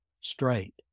straight